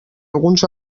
alguns